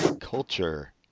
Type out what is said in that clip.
culture